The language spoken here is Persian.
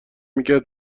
میکرد